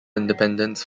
independents